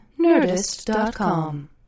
Nerdist.com